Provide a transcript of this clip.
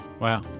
wow